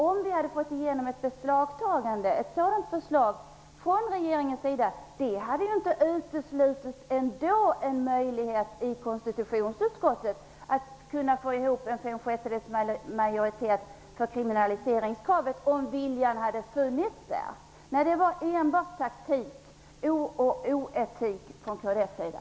Om vi hade fått igenom ett förslag om beslagtagande i regeringen, skulle det inte ha uteslutit möjligheten att i konstitutionsutskottet få ihop fem sjättedels majoritet för kriminalseringskravet, om viljan hade funnits. Det fanns enbart taktik och oetik från kds sida.